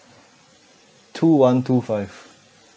two one two five